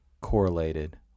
correlated